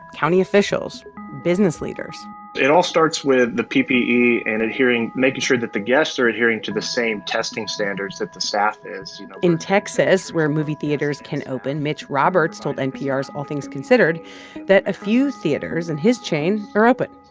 county officials business leaders it all starts with the ppe and adhering making sure that the guests are adhering to the same testing standards that the staff is you know in texas, where movie theaters can open, mitch roberts told npr's all things considered that a few theaters in his chain are open.